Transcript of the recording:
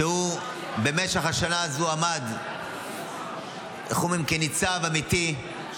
שבמשך השנה הזו עמד כניצב אמיתי,